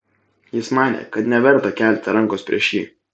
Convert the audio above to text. jis manė kad neverta kelti rankos prieš jį